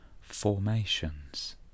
formations